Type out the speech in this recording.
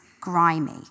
grimy